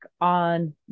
on